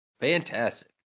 Fantastic